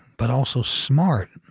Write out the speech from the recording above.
but also smart,